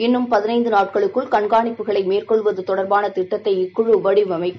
இன்னும் பதினைந்து நாட்களுக்குள் கண்காணிப்புகளை மேற்கொள்ளுவது தொடர்பான திட்டத்தை இக்குழு வடிவமைக்கும்